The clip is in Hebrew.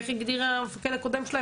איך הגדיר המפקד הקודם שלהם,